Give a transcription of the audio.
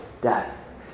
death